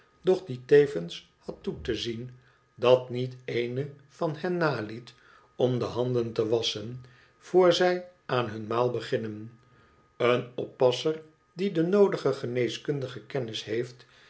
doch die tevens had toe te zien dat niet eene van hen naliet om de handen te wasschen voor zij aan hun maal beginnen een oppasser die de noodige geneeskundige kennis heeft